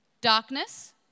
Darkness